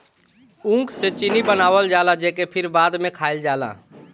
ऊख से चीनी बनावल जाला जेके फिर बाद में खाइल जाला